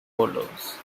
follows